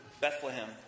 Bethlehem